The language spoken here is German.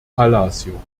palacio